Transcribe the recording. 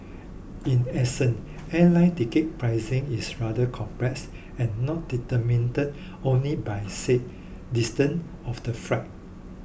in essence airline ticket pricing is rather complex and not determined only by say distance of the flight